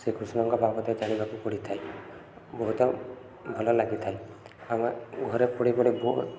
ଶ୍ରୀକୃଷ୍ଣଙ୍କ ଭାଗବତ ଜାଣିବାକୁ ପଡ଼ିଥାଏ ବହୁତ ଭଲ ଲାଗିଥାଏ ଆମେ ଘରେ ପଢ଼ି ପଢ଼ି ବହୁ